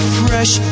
fresh